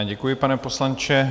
Děkuji, pane poslanče.